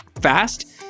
fast